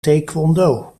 taekwondo